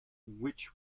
which